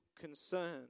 concern